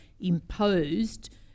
imposed